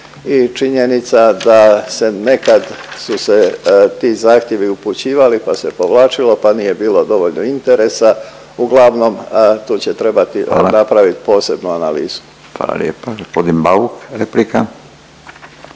i činjenica da se nekad su se ti zahtjevi upućivali pa se povlačilo pa nije bilo dovoljno interesa, uglavnom tu će trebati … …/Upadica Furio Radin: Hvala./…